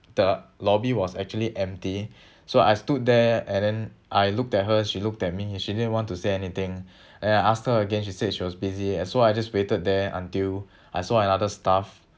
the lobby was actually empty so I stood there and then I looked at her she looked at me she didn't want to say anything and I asked her again she said she was busy so I just waited there until I saw another staff